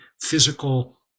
physical